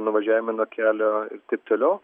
nuvažiavimai nuo kelio ir taip toliau